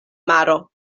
maro